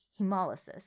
hemolysis